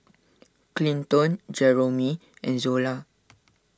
Clinton Jeromy and Zola